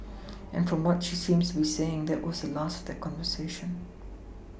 and from what she seems to be saying that was the last of their conversation